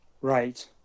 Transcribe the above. Right